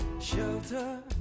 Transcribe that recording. Shelter